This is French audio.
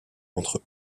entre